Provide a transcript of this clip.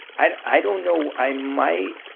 i i don't know, i might,